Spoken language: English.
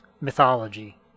mythology